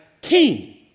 king